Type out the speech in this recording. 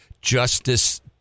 justice